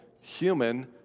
human